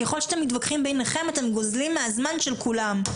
ככל שאתם מתווכחים ביניכם אתם גוזלים מן הזמן של כולם.